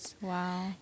Wow